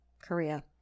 Korea